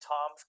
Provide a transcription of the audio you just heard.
Tom